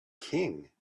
king